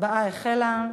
ההצבעה החלה.